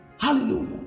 Hallelujah